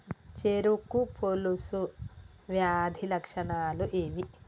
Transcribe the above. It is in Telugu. చెరుకు పొలుసు వ్యాధి లక్షణాలు ఏవి?